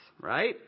right